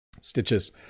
Stitches